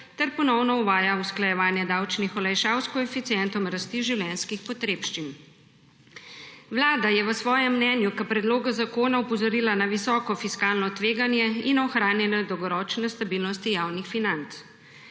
ter ponovno uvaja usklajevanje davčnih olajšav s koeficientom rasti življenjskih potrebščin. Vlada je v svojem mnenju k predlogu zakona opozorila na visoko fiskalno tveganje in ohranjanje dolgoročne stabilnosti javnih financ.